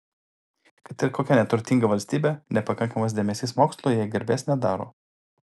kad ir kokia neturtinga valstybė nepakankamas dėmesys mokslui jai garbės nedaro